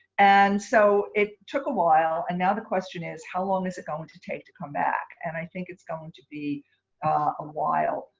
and so it took a while and now the question is how long is it going to take to come back? and i think it's going to be a while.